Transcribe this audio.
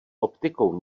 optikou